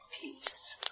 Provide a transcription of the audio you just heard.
peace